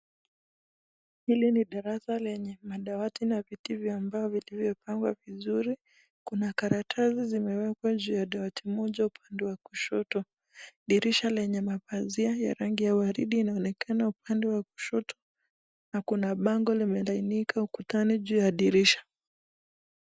Hili ni darasa lenye madawati na viti ambavyo vilivyo pangwa vizuri, kuna karatasi zimewekwa juu ya dawati moja upande wa kushoto. Dirisha lenye mapazia ya rangi ya waridi inaonekana upande wa kushoto na kuna bango limelainika ukutani juu ya dirisha.